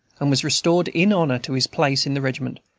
and was restored in honor to his place in the regiment,